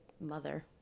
mother